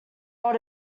ought